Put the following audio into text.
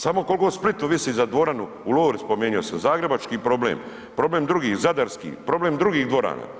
Samo koliko Splitu visi za dvoranu u Lori spomenuo sam, zagrebački problem, problem drugih zadarski, problem drugih dvorana.